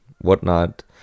whatnot